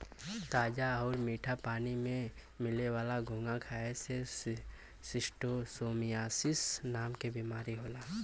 ताजा आउर मीठा पानी में मिले वाला घोंघा खाए से शिस्टोसोमियासिस नाम के बीमारी होला